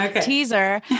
teaser